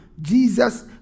Jesus